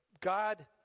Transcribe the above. God